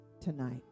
tonight